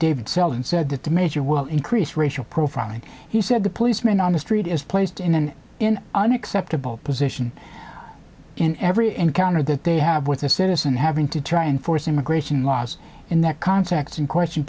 david sullivan said that the major will increase racial profiling he said the policeman on the street is placed in an in an acceptable position in every encounter that they have with a citizen having to try and force immigration laws in that context